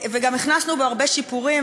וגם הכנסנו בו הרבה שיפורים,